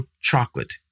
chocolate